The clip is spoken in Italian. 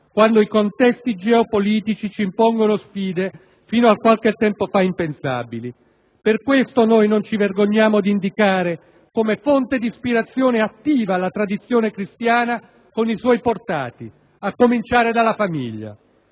quando i contesti geopolitici ci impongono sfide fino a qualche anno fa impensabili. Per questo noi non ci vergogniamo di indicare, come fonte d'ispirazione attiva, la tradizione cristiana con i suoi portati, a cominciare dalla famiglia.